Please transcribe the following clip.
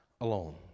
alone